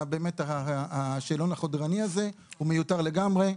השאלון החודרני הזה מיותר לגמרי,